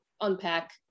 unpack